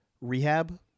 rehab